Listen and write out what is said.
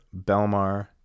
Belmar